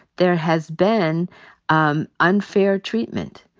there has been um unfair treatment.